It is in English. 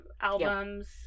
albums